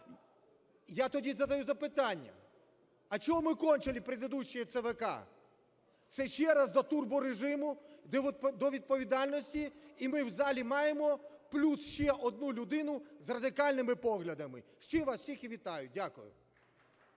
Я тоді задаю запитання: а чому ми "кончили" предыдущую ЦВК? Це ще раз до турборежиму, до відповідальності. І ми в залі маємо плюс ще одну людину з радикальними поглядами, з чим вас всіх і вітаю. Дякую.